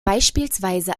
beispielsweise